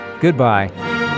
Goodbye